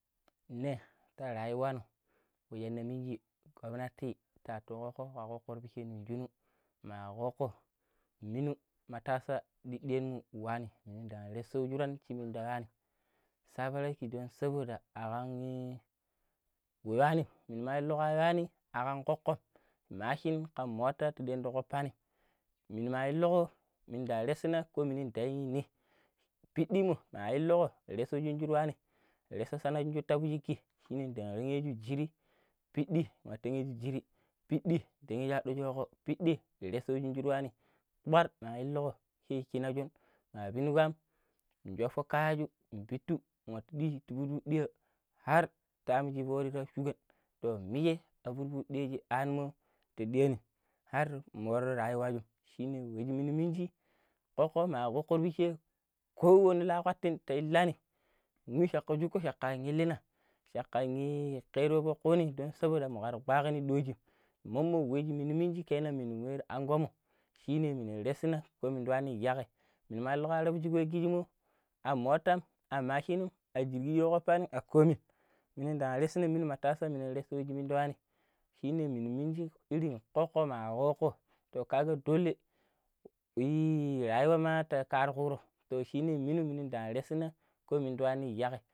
﻿Ne ta rayuwannu yawun ge minji kobnati tattu kokko korbusheni junun mai gokko liyun matasa din dyanmu wani niru daruwusanni chi minda gwaani saborai gidan saboda aganyii wuyanni mini wailugu wani agan ƙoƙƙo mashin ƙan mota tiɓenɗigo pani minuwailulgu minda rashina ko minda yinii piɗimo wa illugu rasajinjuwani rasa sana'a ta chiɓiki shine dariyengu jidi piɗi dariyengu jidi piɗi ɗanjuyangujugo piɗi rasurjuani kpar ma illugu shi-shinajun mabinu gam njolfo kayaju mbitu watu ɗiji tibutu ɗiya har taruwanshigwon shugwei to mije avobudwije anmo tiduani har ma more rayuwa jun shine shinuguluminji ƙoƙko mar ƙoƙƙo bishe ƙo wani la gwatin ta yin lani wujun caƙƙa wujun caƙƙa inyilina caƙƙan yi karaibo koini don saboɗa murigwagodin ɗojim mommo wuji muruminjikenan munawurin angom shine mire rasinna nduani yaggai miniwalugo buji ke jigimo an mktan an mashinu an jigiyaupani an komi minin da rasini muni ta ɓasa ka rashinduani shine muni munji irin ƙoƙƙom ma ƙoƙƙom to kaga dole rayuwama ta kara kuro to shine munim mi da rasina ko miduanin yaggai.